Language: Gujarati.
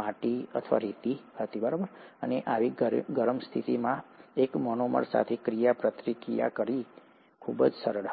માટી અથવા રેતી હતી અને આવી ગરમ સ્થિતિમાં એક મોનોમર સાથે ક્રિયાપ્રતિક્રિયા કરવી ખૂબ જ સરળ હતું